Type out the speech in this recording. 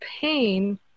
pain